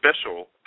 special